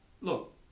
look